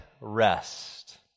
rest